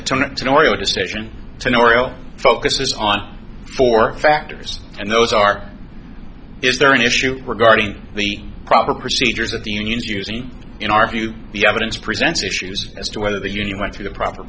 nuoro focuses on four factors and those are is there an issue regarding the proper procedures of the unions using in our view the evidence presents issues as to whether the union went through the proper